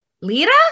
Lita